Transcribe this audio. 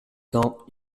temps